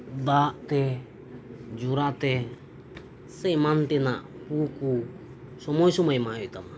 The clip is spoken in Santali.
ᱫᱟᱜ ᱛᱮ ᱡᱚᱨᱟ ᱛᱮ ᱥᱮ ᱮᱢᱟᱱ ᱛᱮᱱᱟᱜ ᱯᱩ ᱠᱚ ᱥᱩᱢᱟᱹᱭ ᱥᱩᱢᱟᱹᱭ ᱮᱢᱟᱜ ᱦᱩᱭᱩᱜ ᱛᱟᱢᱟ